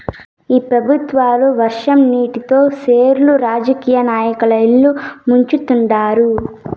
ఈ పెబుత్వాలు వర్షం నీటితో సెర్లు రాజకీయ నాయకుల ఇల్లు ముంచుతండారు